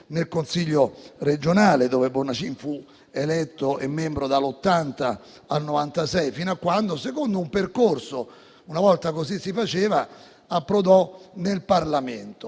nel Consiglio regionale, dove Bornacin fu eletto e membro dal 1980 al 1996, fino a quando, secondo un percorso (una volta si faceva così), approdò in Parlamento.